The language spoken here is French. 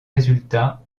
résultat